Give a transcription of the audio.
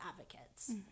advocates